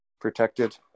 protected